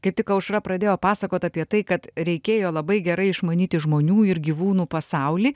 kaip tik aušra pradėjo pasakot apie tai kad reikėjo labai gerai išmanyti žmonių ir gyvūnų pasaulį